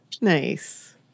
nice